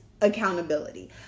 accountability